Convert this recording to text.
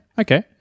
okay